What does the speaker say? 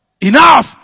Enough